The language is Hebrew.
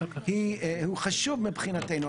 הוא חשוב מבחינתו.